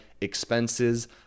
expenses